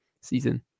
season